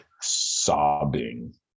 sobbing